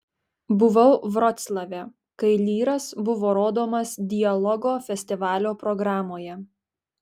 buvau vroclave kai lyras buvo rodomas dialogo festivalio programoje